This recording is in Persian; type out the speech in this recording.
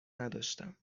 نداشتم